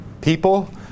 people